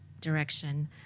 direction